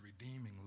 redeeming